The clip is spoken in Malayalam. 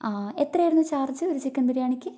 ആ എത്രയായിരുന്നു ചാർജ് ഒരു ചിക്കൻ ബിരിയാണിക്ക്